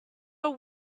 are